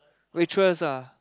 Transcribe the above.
waitress ah